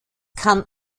kann